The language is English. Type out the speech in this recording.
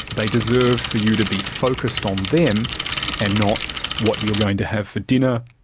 they deserve for you to be focused on them and not what you're going to have for dinner,